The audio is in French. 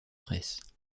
presse